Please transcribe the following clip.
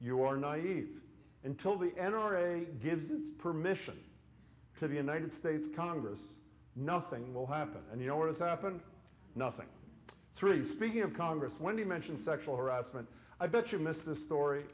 you are naive until the n r a gives its permission to the united states congress nothing will happen and you know what has happened nothing three speaking of congress when you mention sexual harassment i bet you missed the story